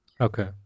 Okay